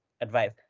advice